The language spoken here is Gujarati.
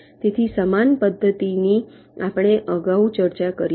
તેથી સમાન પદ્ધતિની આપણે અગાઉ ચર્ચા કરી છે